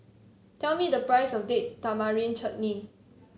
tell me the price of Date Tamarind Chutney